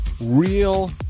real